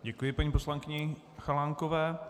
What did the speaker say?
Děkuji paní poslankyni Chalánkové.